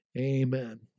Amen